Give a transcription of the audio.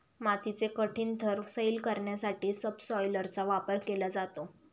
मातीचे कठीण थर सैल करण्यासाठी सबसॉयलरचा वापर केला जातो